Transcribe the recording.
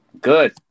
good